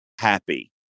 happy